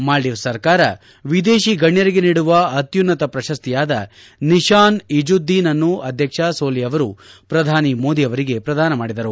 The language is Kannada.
ಮಾಲ್ಟೀವ್ಸ್ ಸರ್ಕಾರ ವಿದೇಶಿ ಗಣ್ಯರಿಗೆ ನೀಡುವ ಅತ್ತುನ್ನತ ಪ್ರಶಸ್ತಿಯಾದ ನಿಶಾನ್ ಇಜುದ್ದೀನ್ ಅನ್ನು ಅಧ್ಯಕ್ಷ ಸೋಲಿ ಅವರು ಪ್ರಧಾನಿ ಮೋದಿ ಅವರಿಗೆ ಪ್ರದಾನ ಮಾಡಿದರು